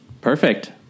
Perfect